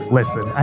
listen